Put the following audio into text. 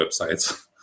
websites